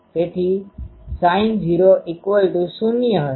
તેથી sin00 હશે